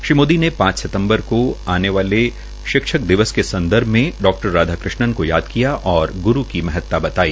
श्रीमोदी ने पांच सिंतम्बर का आने वाले शिक्षक दिवस के संदर्भ में डा राधा कृष्णन को याद किया और ग्रू की महत्ता बताई